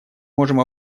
можем